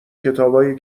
کتابای